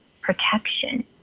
protection